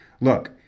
Look